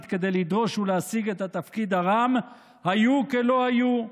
כדי לדרוש ולהשיג את התפקיד הרם היו כלא היו,